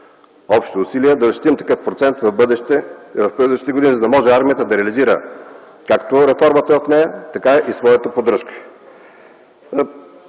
общи усилия да защитим такъв процент в бъдеще, през следващите години, за да може армията да реализира както реформата в нея, така и своята поддръжка.